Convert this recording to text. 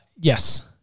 Yes